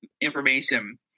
Information